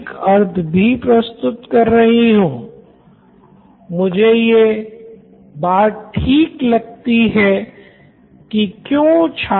Nitin Kurian COO Knoin electronics तो इस प्रकरण मे छात्र नोट्स लिखता है या साझा सिर्फ इसलिए करता है क्योंकि शायद वो लिखने मे धीमा है या उसको समझने मे दूसरों से अधिक वक़्त लगता हैं यही वजह हो सकती हैं